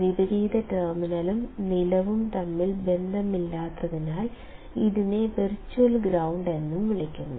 വിപരീത ടെർമിനലും നിലവും തമ്മിൽ ബന്ധമില്ലാത്തതിനാൽ ഇതിനെ വെർച്വൽ ഗ്രണ്ട് എന്നും വിളിക്കുന്നു